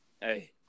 Hey